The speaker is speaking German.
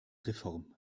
reform